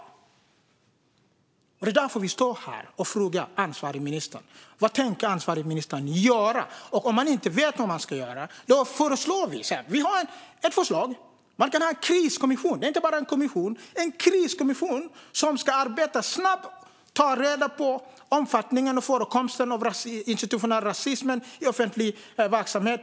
Det är därför vi står här och frågar den ansvariga ministern: Vad tänker den ansvariga ministern göra? Om hon inte vet vad hon ska göra har vi ett förslag om en kriskommission - inte bara en kommission utan en kriskommission - som ska arbeta snabbt och ta reda på omfattningen och förekomsten av institutionell rasism i offentlig verksamhet.